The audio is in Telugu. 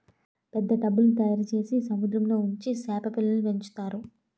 పెద్ద టబ్బుల్ల్ని తయారుచేసి సముద్రంలో ఉంచి సేప పిల్లల్ని పెంచుతారు